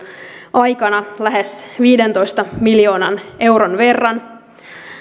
aikana lähes viidentoista miljoonan euron verran